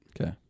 Okay